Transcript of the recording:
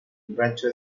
rancho